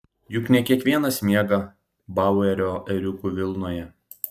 juk ne kiekvienas miega bauerio ėriukų vilnoje